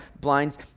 blinds